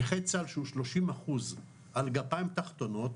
נכה צה"ל שהוא 30% על גפיים תחתונות,